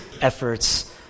efforts